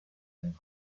and